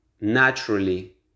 naturally